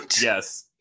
yes